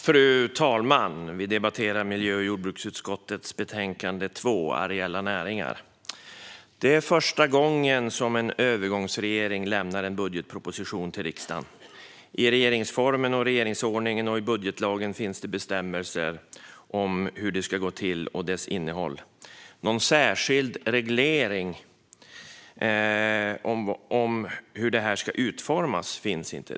Fru talman! Vi debatterar miljö och jordbruksutskottets betänkande 2 om areella näringar. Detta är första gången som en övergångsregering lämnar en budgetproposition till riksdagen. I regeringsformen, riksdagsordningen och budgetlagen finns bestämmelser om hur det ska gå till och om innehållet. Någon särskild reglering av hur den ska utformas finns inte.